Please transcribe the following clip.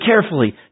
carefully